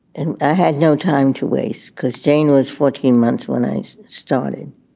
and i had no time to waste because jane was fourteen months when i started,